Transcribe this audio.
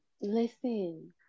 listen